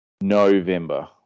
November